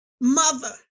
Mother